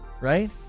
right